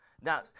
Now